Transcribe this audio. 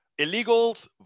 Illegals